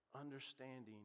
understanding